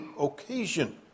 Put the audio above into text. occasion